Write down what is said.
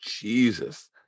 Jesus